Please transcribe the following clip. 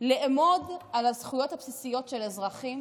לעמוד על הזכויות הבסיסיות של אזרחים